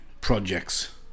projects